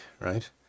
right